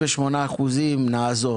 של 38% נעזור.